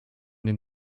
den